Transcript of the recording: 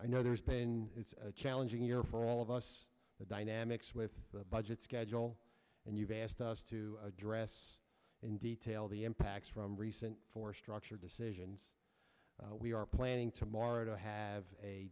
i know there's been a challenging year for all of us the dynamics with the budget schedule and you've asked us to address in detail the impacts from recent force structure decisions we are planning tomorrow to have a